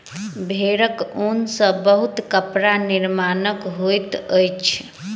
भेड़क ऊन सॅ बहुत कपड़ा निर्माण होइत अछि